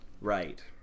right